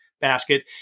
basket